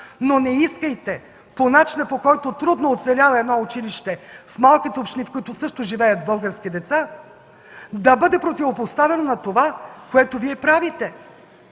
но не искайте по начина, по който трудно оцелява едно училище в малките общини, в които също живеят български деца, да бъде противопоставено на това, което Вие правите.”